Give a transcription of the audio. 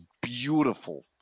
beautiful